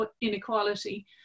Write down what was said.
inequality